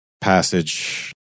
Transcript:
passage